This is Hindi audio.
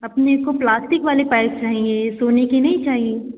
अपने आपको प्लास्टिक वाले पाइप चाहिए सोने के नहीं चाहिए